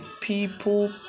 people